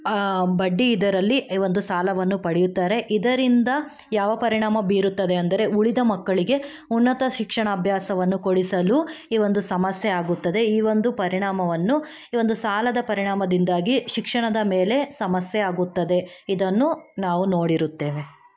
ಬಡ್ಡಿಇದರಲ್ಲಿ ಈ ಒಂದು ಸಾಲವನ್ನು ಪಡೆಯುತ್ತಾರೆ ಇದರಿಂದ ಯಾವ ಪರಿಣಾಮ ಬೀರುತ್ತದೆ ಅಂದರೆ ಉಳಿದ ಮಕ್ಕಳಿಗೆ ಉನ್ನತ ಶಿಕ್ಷಣಾಭ್ಯಾಸವನ್ನು ಕೊಡಿಸಲು ಈ ಒಂದು ಸಮಸ್ಯೆ ಆಗುತ್ತದೆ ಈ ಒಂದು ಪರಿಣಾಮವನ್ನು ಈ ಒಂದು ಸಾಲದ ಪರಿಣಾಮದಿಂದಾಗಿ ಶಿಕ್ಷಣದ ಮೇಲೆ ಸಮಸ್ಯೆ ಆಗುತ್ತದೆ ಇದನ್ನು ನಾವು ನೋಡಿರುತ್ತೇವೆ